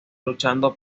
luchando